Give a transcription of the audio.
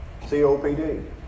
COPD